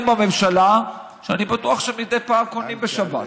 בממשלה שאני בטוח שמדי פעם קונים בשבת,